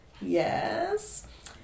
Yes